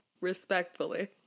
respectfully